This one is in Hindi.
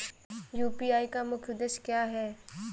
यू.पी.आई का मुख्य उद्देश्य क्या है?